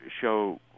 show